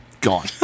Gone